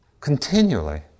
continually